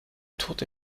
tote